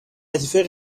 لطیفه